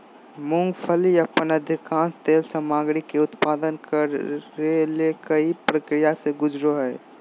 मूंगफली अपन अधिकांश तेल सामग्री के उत्पादन करे ले कई प्रक्रिया से गुजरो हइ